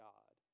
God